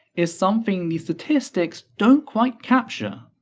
is something the statistics don't quite capture.